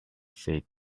said